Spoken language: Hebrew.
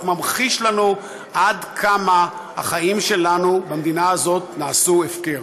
רק ממחיש לנו עד כמה החיים שלנו במדינה הזאת נעשו הפקר.